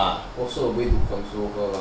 it's also a way to console her lah